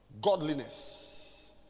Godliness